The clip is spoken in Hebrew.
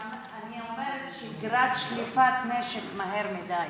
אני אומרת: יש שגרת שליפת נשק מהר מדי,